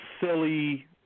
silly